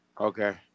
Okay